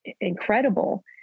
incredible